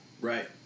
Right